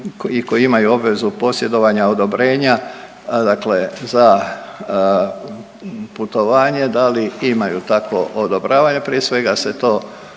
koji imaju obvezu posjedovanja odobrenja, dakle za putovanje da li imaju takvo odobravanje, prije svega se to